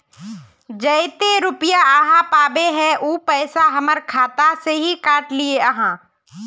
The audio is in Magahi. जयते रुपया आहाँ पाबे है उ पैसा हमर खाता से हि काट लिये आहाँ?